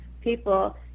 people